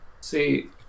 See